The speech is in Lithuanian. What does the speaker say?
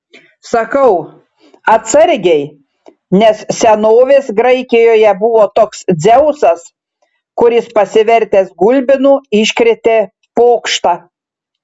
sakau atsargiai nes senovės graikijoje buvo toks dzeusas kuris pasivertęs gulbinu iškrėtė pokštą